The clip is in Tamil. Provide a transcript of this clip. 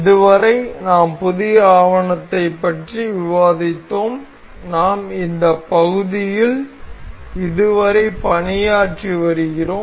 இதுவரை நாம் புதிய ஆவணத்தைப் பற்றி விவாதித்தோம் நாம் இந்த பகுதி இல் இதுவரை பணியாற்றி வருகிறோம்